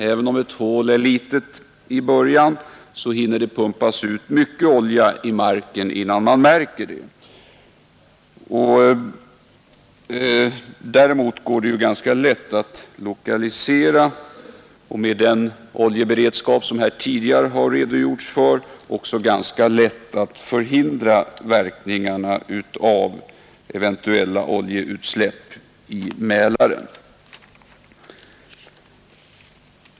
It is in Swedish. Även om ett hål är litet i början hinner det nämligen pumpas ut mycket olja i marken innan man märker det. Däremot går det ganska lätt att lokalisera och, med den oljeberedskap som tidigare har redogjorts för, också ganska lätt att förhindra verkningarna av eventuella oljeutsläpp i Mälaren.